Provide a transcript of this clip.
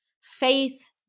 faith